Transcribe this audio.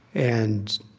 and,